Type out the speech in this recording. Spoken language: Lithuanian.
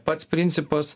pats principas